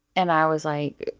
and i was like,